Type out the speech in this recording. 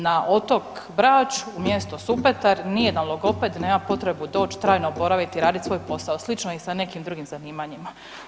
Na otok Brač u mjesto Supetar nijedan logoped nema potrebu doć trajno boravit i radit svoj posao, slično je i sa nekim drugim zanimanjima.